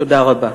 תודה רבה.